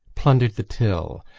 plundered the till,